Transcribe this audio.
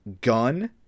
gun